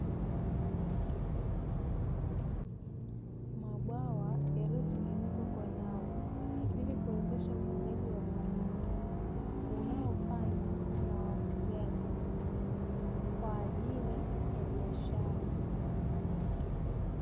Mabwawa yaliyotengenezwa kwa nyavu ili kuwezesha ufugaji wa samaki, unaofanywa na wafugaji kwa ajili ya biashara.